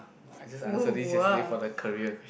I just answer this yesterday for the career